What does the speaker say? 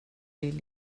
vill